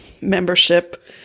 membership